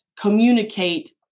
communicate